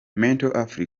africa